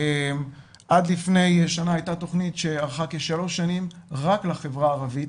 עד לפני שנה הייתה תכנית שארכה כשלוש שנים רק לחברה הערבית,